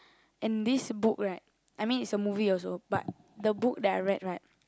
and this book right I mean it's a movie also but the book that I read right